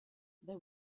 they